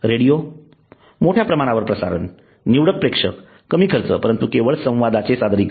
radio मोठ्या प्रमाणावर प्रसारण निवडक प्रेक्षक कमी खर्च परंतु केवळ संवादाचे सादरीकरण